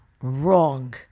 Wrong